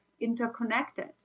interconnected